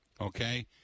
okay